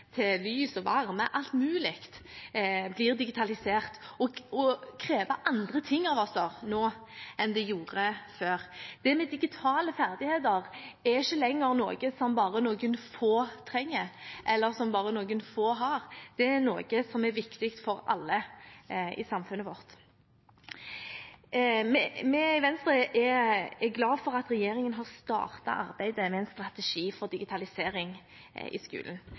til lys og varme – alt mulig blir digitalisert og krever andre ting av oss nå enn det gjorde før. Digitale ferdigheter er ikke lenger noe bare noen få trenger, eller bare noen få har, det er noe som er viktig for alle i samfunnet vårt. Vi i Venstre er glad for at regjeringen har startet arbeidet med en strategi for digitalisering i skolen.